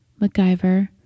MacGyver